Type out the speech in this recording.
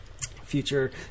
future